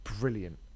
brilliant